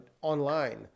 online